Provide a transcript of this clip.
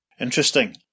Interesting